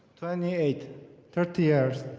twenty eight thirty years.